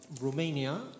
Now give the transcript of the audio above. Romania